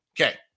Okay